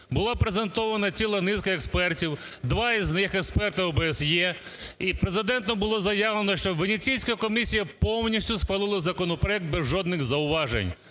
була презентована ціла низка експертів, два з них – експерти ОБСЄ. І Президентом було заявлено, що Венеціанська комісія повністю схвалила законопроект без жодних зауважень.